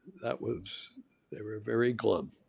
that was they were very glum.